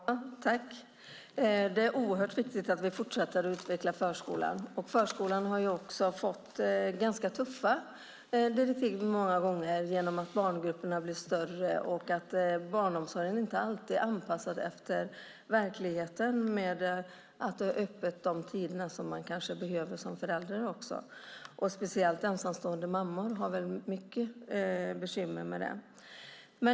Herr talman! Det är oerhört viktigt att vi fortsätter att utveckla förskolan. Förskolan har också många gånger fått tuffa direktiv genom att barngrupperna blir större och att barnomsorgen inte alltid är anpassad efter verkligheten med de öppettider som föräldrarna har behov av. Speciellt ensamstående mammor har mycket bekymmer.